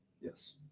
yes